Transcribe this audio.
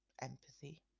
empathy